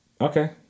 okay